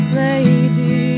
lady